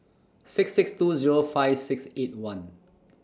six six two Zero five six eight one